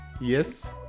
Yes